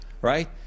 right